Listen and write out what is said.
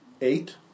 Eight